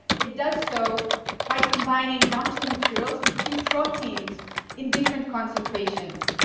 it does so by combining not two materials, but two proteins in different concentrations.